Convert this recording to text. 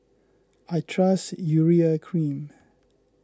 I trust Urea Cream